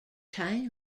towns